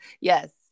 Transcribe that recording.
Yes